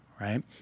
right